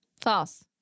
False